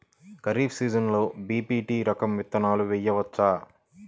ఖరీఫ్ సీజన్లో బి.పీ.టీ రకం విత్తనాలు వేయవచ్చా?